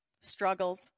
Struggles